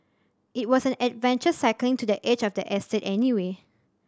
it was an adventure cycling to the edge of the estate anyway